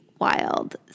wild